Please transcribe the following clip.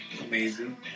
Amazing